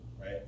right